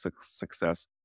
success